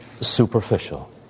superficial